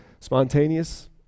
spontaneous